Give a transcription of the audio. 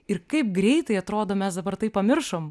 ir kaip greitai atrodo mes dabar tai pamiršom